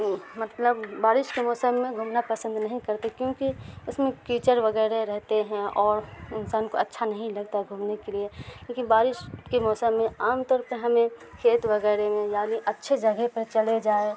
مطلب بارش کے موسم میں گھومنا پسند نہیں کرتے کیونکہ اس میں کیچر وغیرہ رہتے ہیں اور انسان کو اچھا نہیں لگتا گھومنے کے لیے کیوںکہ بارش کے موسم میں عام طور پہ ہمیں کھیت وغیرہ میں یعنی اچھے جگہ پر چلے جائے